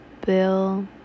bill